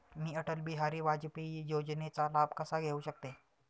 मी अटल बिहारी वाजपेयी योजनेचा लाभ कसा घेऊ शकते?